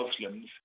muslims